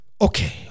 Okay